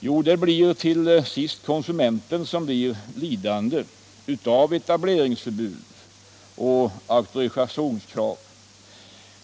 Jo, till sist blir kon sumenten lidande av etableringsförbud och auktorisationskrav.